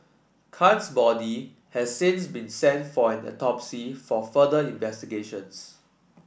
Khan's body has since been sent for an autopsy for further investigations